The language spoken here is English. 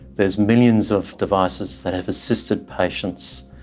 there's millions of devices that have assisted patients,